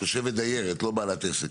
תושבת דיירת, לא בעלת עסק.